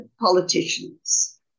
politicians